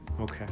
Okay